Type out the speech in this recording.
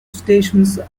stations